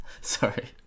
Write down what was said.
Sorry